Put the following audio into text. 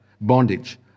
bondage